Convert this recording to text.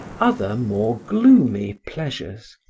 other more gloomy pleasures,